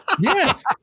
Yes